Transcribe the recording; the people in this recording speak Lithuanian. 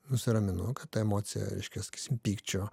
nusiraminu kad ta emocija reiškias pykčio